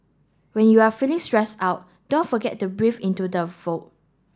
when you are feeling stressed out don't forget to breathe into the void